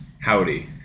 howdy